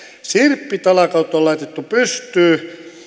sirppitalkoot on laitettu pystyyn